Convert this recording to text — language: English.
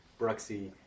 Bruxy